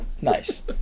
Nice